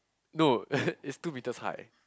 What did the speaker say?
no it's two meters high